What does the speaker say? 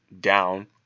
down